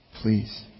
Please